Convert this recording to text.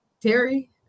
Terry